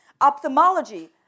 Ophthalmology